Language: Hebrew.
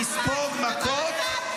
נגמר הזמן.